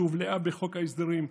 שהובלעה בחוק ההסדרים,